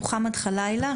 מוחמד חלאילה,